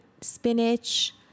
spinach